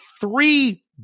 three